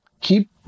Keep